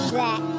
Black